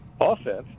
offense